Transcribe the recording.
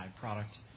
product